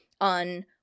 on